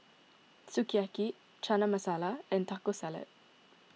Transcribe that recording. Sukiyaki Chana Masala and Taco Salad